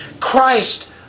Christ